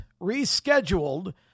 rescheduled